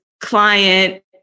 client